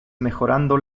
mejorando